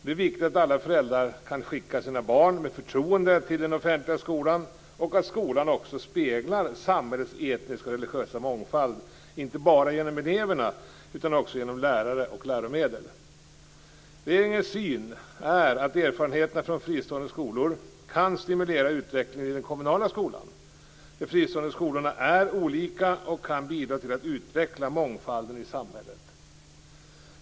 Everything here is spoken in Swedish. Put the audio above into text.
Det är viktigt att alla föräldrar kan skicka sina barn med förtroende till den offentliga skolan och att skolan också speglar samhällets etniska och religiösa mångfald inte bara genom eleverna utan också genom lärare och läromedel. Regeringens syn är att erfarenheterna från fristående skolor kan stimulera utvecklingen i den kommunala skolan. De fristående skolorna är olika och kan bidra till att utveckla mångfalden i samhället.